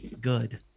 good